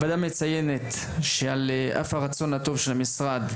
הוועדה מציינת שעל אף הרצון הטוב של המשרד,